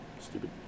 Stupid